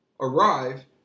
arrive